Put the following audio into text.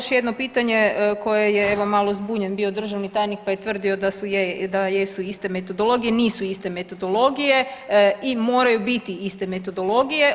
Evo, još jednom pitanje koje je evo, malo zbunjen bio državni tajnik pa je tvrdio da su iste metodologije, nisu iste metodologije i moraju biti iste metodologije.